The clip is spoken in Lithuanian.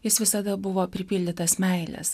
jis visada buvo pripildytas meilės